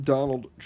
Donald